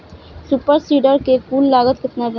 Super seeder के कुल लागत केतना बा?